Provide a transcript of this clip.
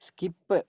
skip